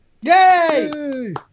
Yay